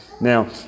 Now